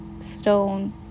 stone